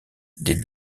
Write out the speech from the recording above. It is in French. des